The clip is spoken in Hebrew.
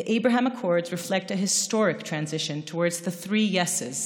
הסכמי אברהם משקפים מעבר היסטורי לעבר שלושת הכנים: